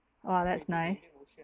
oh that's nice